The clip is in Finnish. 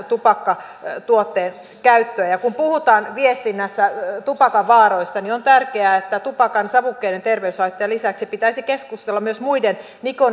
tupakkatuotteen käyttöä kun puhutaan viestinnässä tupakan vaaroista niin on tärkeää että tupakan savukkeiden terveyshaittojen lisäksi pitäisi keskustella myös muiden